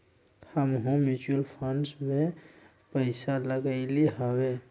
हमहुँ mutual fund में पइसा लगइली हबे